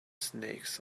snakes